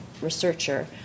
researcher